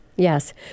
Yes